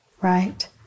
Right